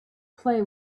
play